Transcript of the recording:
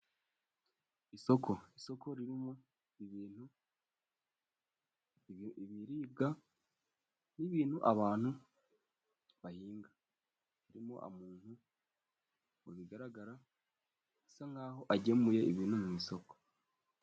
Isoko, isoko ririmo ibintu, ibiribwa n'ibintu abantu bahinga, harimo umuntu bigaragara asa nkaho agemuye ibintu mu isoko.